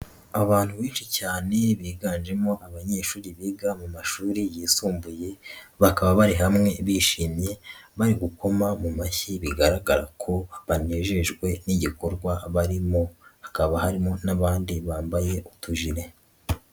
Abantu benshi cyane biganjemo abanyeshuri biga mu mashuri yisumbuye bakaba bari hamwe bishimiye bari gukoma mu mashyi bigaragara ko banejejwe n'igikorwa barimo, hakaba harimo n'abandi bambaye utujire.